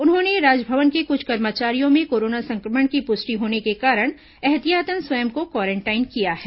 उन्होंने राजभवन के कुछ कर्मचारियों में कोरोना संक्रमण की पुष्टि होने के कारण एहतियातन स्वयं को क्वारेंटाइन किया है